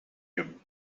human